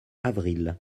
avril